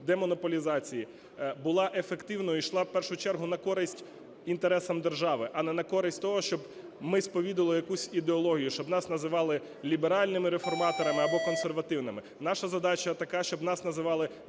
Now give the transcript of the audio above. демонополізації була ефективною і йшла в першу чергу на користь інтересам держави, а не на користь того, щоб ми сповідали якусь ідеологію, щоб нас називали ліберальними реформаторами або консервативними. Наша задача така, щоб нас називали державними